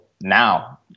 now